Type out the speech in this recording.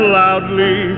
loudly